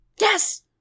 Yes